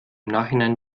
nachhinein